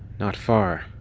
not far.